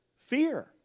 fear